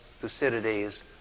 Thucydides